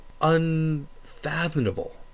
unfathomable